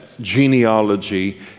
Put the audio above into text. genealogy